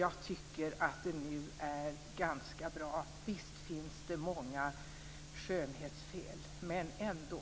Jag tycker att det nu är ganska bra. Visst finns det många skönhetsfel - men ändå.